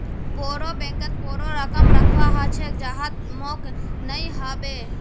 बोरो बैंकत बोरो रकम रखवा ह छेक जहात मोक नइ ह बे